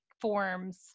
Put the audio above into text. forms